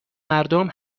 مردم